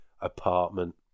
apartment